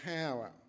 power